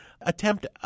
attempt